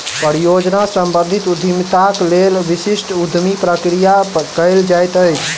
परियोजना सम्बंधित उद्यमिताक लेल विशिष्ट उद्यमी प्रक्रिया कयल जाइत अछि